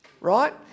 right